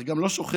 אך גם לא שוכח